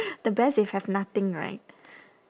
the best is have nothing right